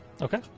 Okay